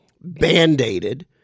band-aided